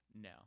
no